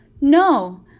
no